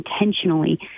intentionally